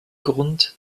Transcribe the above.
grund